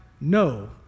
No